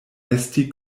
esti